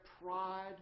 pride